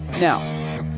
now